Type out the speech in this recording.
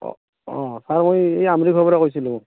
অঁ অঁ ছাৰ মই এই আমৰিখোৱাৰপৰা কৈছিলোঁ